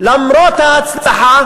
ולמרות ההצלחה